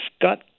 got